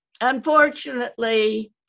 Unfortunately